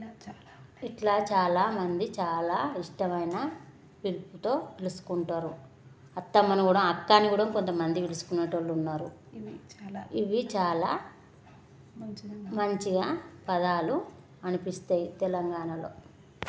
ఇలా చాలామంది చాలా ఇష్టమైన పిలుపుతో పిలుచుకుంటారు అత్తమ్మను కూడా అక్క అని కూడా కొంతమంది పిలుచుకునే వాళ్ళు ఉన్నారు ఇవి చాలా మంచిగా పదాలు అనిపిస్తాయి తెలంగాణలో